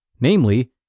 namely